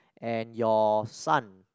and your son